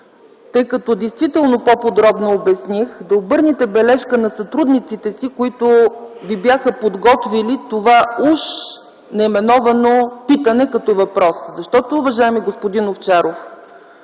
тъй като действително по-подробно обясних, да обърнете бележка на сътрудниците си, които Ви бяха подготвили това „уж” наименовано питане като въпрос. Защото, уважаеми господин Овчаров,